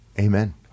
Amen